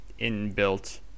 inbuilt